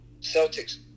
Celtics